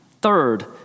Third